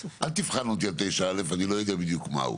אל תבחן אותי על 9(א), אני לא ידוע בדיוק מהו,